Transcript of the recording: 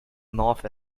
north